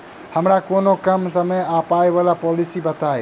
हमरा कोनो कम समय आ पाई वला पोलिसी बताई?